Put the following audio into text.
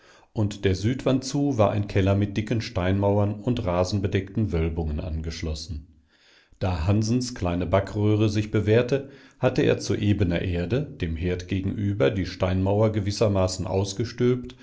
und der südwand zu war ein keller mit dicken steinmauern und rasenbedeckten wölbungen angeschlossen da hansens kleine backröhre sich bewährte hatte er zu ebener erde dem herd gegenüber die steinmauer gewissermaßen ausgestülpt